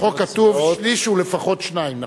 בחוק כתוב: שליש שהוא לפחות שניים,